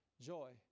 joy